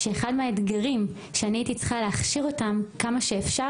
אחד מהאתגרים שאני הייתי צריכה להכשיר אותם כמה שאפשר,